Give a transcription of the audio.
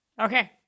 Okay